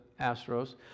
Astros